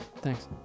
Thanks